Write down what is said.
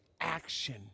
action